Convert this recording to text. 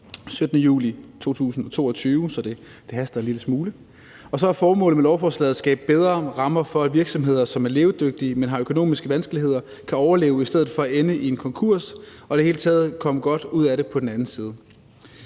17. juli 2022, så det haster en lille smule. Og så er formålet med lovforslaget at skabe bedre rammer for, at virksomheder, som er levedygtige, men har økonomiske vanskeligheder, kan overleve i stedet for at ende i en konkurs og i det hele taget kan komme godt ud på den anden side.